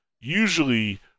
usually